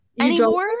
anymore